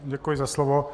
Děkuji za slovo.